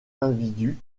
individu